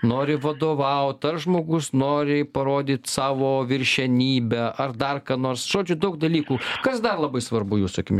nori vadovaut ar žmogus nori parodyt savo viršenybę ar dar ką nors žodžiu daug dalykų kas dar labai svarbu jūsų akim